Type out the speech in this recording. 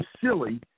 silly